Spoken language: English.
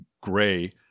gray